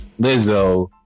lizzo